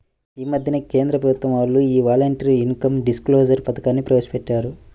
యీ మద్దెనే కేంద్ర ప్రభుత్వం వాళ్ళు యీ వాలంటరీ ఇన్కం డిస్క్లోజర్ పథకాన్ని ప్రవేశపెట్టారు